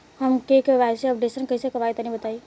हम KYC updation कइसे करवाई तनि बताई?